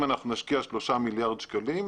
אם אנחנו נשקיע שלושה מיליארד שקלים,